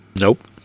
Nope